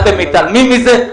אתם מתעלמים מזה,